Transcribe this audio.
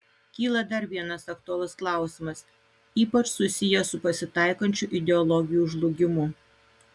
kyla dar vienas aktualus klausimas ypač susijęs su pasitaikančiu ideologijų žlugimu